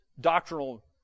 doctrinal